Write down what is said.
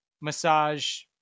massage